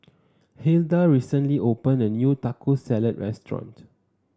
Hilda recently opened a new Taco Salad restaurant